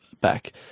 back